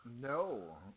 No